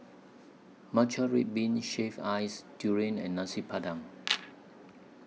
Matcha Red Bean Shaved Ice Durian and Nasi Padang